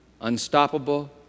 unstoppable